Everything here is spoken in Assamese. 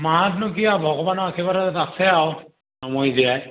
মাহঁতনো কি আৰু ভগৱানৰ আশীৰ্বাদত আছে আৰু নমৰি জীয়াই